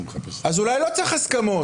אז אולי לא צריך הסכמות.